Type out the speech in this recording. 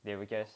they request